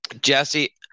Jesse